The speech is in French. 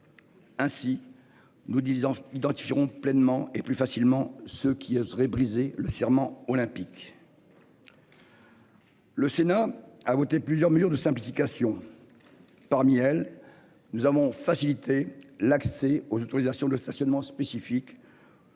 disant identifieront pleinement et plus facilement ce qui serait brisé le serment olympique. Le Sénat a voté plusieurs mesures de simplification. Parmi elles, nous avons facilité l'accès aux autorisations de stationnement spécifiques.